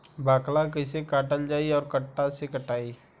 बाकला कईसे काटल जाई औरो कट्ठा से कटाई?